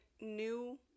new